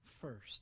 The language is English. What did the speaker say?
first